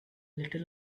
little